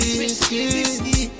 whiskey